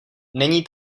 není